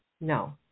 No